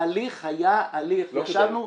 ההליך היה הליך --- לא קיבל.